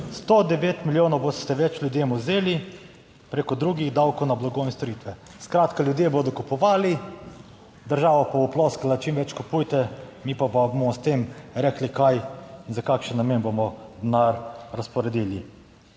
109 milijonov boste več ljudem vzeli preko drugih davkov na blago in storitve. Skratka, ljudje bodo kupovali, država pa bo ploskala. Čim več kupujte, mi pa bomo s tem rekli, kaj in za kakšen namen bomo **49.